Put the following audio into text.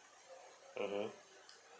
mmhmm